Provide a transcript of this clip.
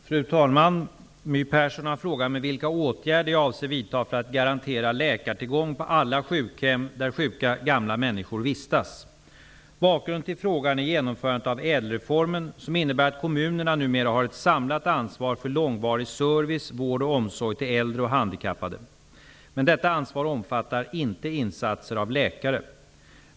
Fru talman! My Persson har frågat mig vilka åtgärder jag avser vidta för att garantera läkartillgång på alla sjukhem där sjuka gamla människor vistas. Bakgrunden till frågan är genomförande av ÄDEL reformen, som innebär att kommunerna numera har ett samlat ansvar för långvarig service, vård och omsorg till äldre och handikappade. Men detta ansvar omfattar inte insatser av läkare.